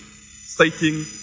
stating